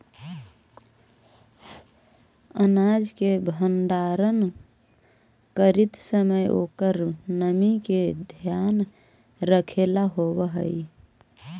अनाज के भण्डारण करीत समय ओकर नमी के ध्यान रखेला होवऽ हई